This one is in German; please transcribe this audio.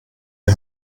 die